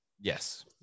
Yes